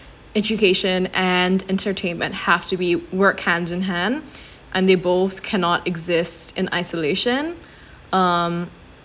education and entertainment have to be work hand in hand and they both cannot exist in isolation um